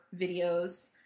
videos